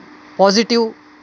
positive